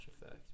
effect